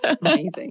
Amazing